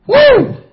Woo